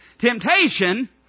Temptation